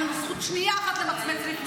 אין לנו זכות שנייה אחת למצמץ לפני.